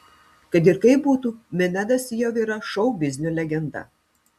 kad ir kaip būtų minedas jau yra šou biznio legenda